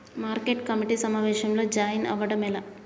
Market committee సమావేశంలో join అవ్వడం ఎలా?